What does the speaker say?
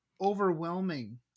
overwhelming